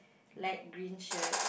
light green shirt